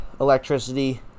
electricity